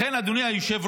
לכן, אדוני היושב-ראש,